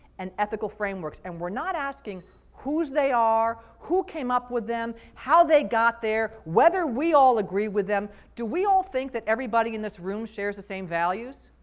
and ethical frameworks, and we're not asking whose they are, who came up with them, how they got there, whether we all agree with them. do we all think that everybody in this room shares the same values?